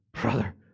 Brother